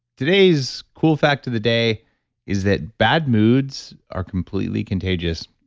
today's cool fact of the day is that bad moods are completely contagious,